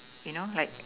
you know like